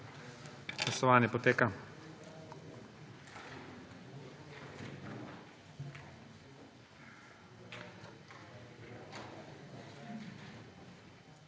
Glasovanje poteka.